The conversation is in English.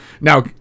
Now